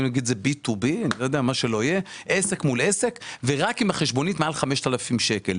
לומר את זה B TO B - ורק אם החשבונית מעל 5,000 שקלים.